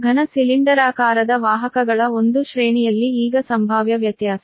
ಘನ ಸಿಲಿಂಡರಾಕಾರದ ವಾಹಕಗಳ ಒಂದು ಶ್ರೇಣಿಯಲ್ಲಿ ಈಗ ಸಂಭಾವ್ಯ ವ್ಯತ್ಯಾಸ